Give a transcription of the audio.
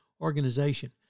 organization